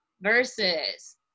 versus